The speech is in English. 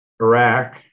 Iraq